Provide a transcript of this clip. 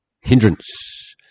hindrance